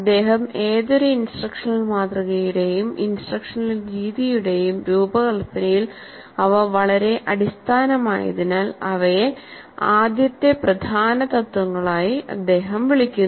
അദ്ദേഹം ഏതൊരു ഇൻസ്ട്രക്ഷണൽ മാതൃകയുടെയും ഇൻസ്ട്രക്ഷണൽ രീതിയുടെയും രൂപകൽപ്പനയിൽ അവ വളരെ അടിസ്ഥാനമായതിനാൽ അവയെ ആദ്യത്തെ പ്രധാന തത്ത്വങ്ങളായി അദ്ദേഹം വിളിക്കുന്നു